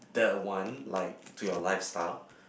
that one like to your lifestyle